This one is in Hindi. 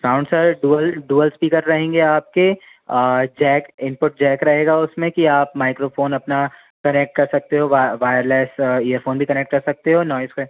sound sir dual dual speaker रहेंगे आपके जैक इनुपट जैक रहेगा उसमें कि आप माइक्रोफ़ोन अपना कनेक्ट कर सकते हो वायरलेस इयरफ़ोन भी कनेक्ट कर सकते हो नॉएज़ का